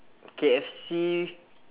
K_F_C